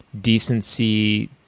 decency